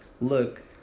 Look